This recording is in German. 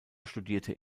studierte